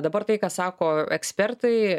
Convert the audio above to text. dabar tai ką sako ekspertai